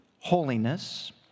holiness